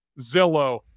Zillow